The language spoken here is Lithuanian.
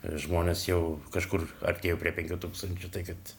žmonės jau kažkur artėju prie penkių tūkstančių tai kad